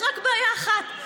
יש רק בעיה אחת,